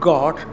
God